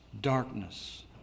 darkness